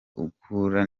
ukura